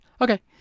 okay